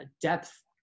depth